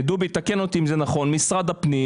שהוא מפעל ענק ומפואר שהופך נטל וזיהום למשאב כללי,